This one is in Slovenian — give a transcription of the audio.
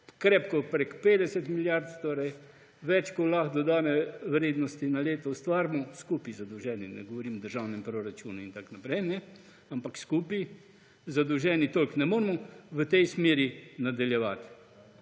krepko prek 50 milijard, torej več, kot lahko dodane vrednosti na leto ustvarimo. Skupaj zadolženi, ne govorim o državnem proračunu in tako naprej, ampak skupaj zadolženi toliko. Ne moremo v tej smeri nadaljevati.